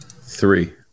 Three